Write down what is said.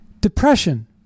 depression